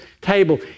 table